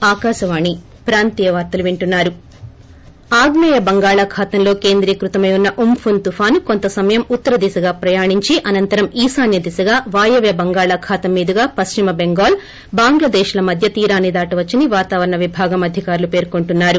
break ఆగ్పే య బంగాళాఖాతంలో కేంద్రీకృతమై ఉన్న ఉమ్పున్ తుఫాను కొంత సమయం ఉత్తర దిశగా ప్రయాణించి అనంతరం ఈశాన్న దిశగా వాయివ్య బంగాళాఖాతం మీదుగా పక్సిమ బెంగాల్ బంగ్లాదేశ్ ల మధ్య తీరాన్ని దాటవచ్చని వాతావరణ విభాగం అధికారులు పేర్కొంటున్నారు